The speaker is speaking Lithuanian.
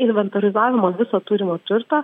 inventorizavimą viso turimo turto